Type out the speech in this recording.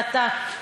ואתה מונע,